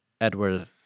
Edward